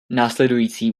následující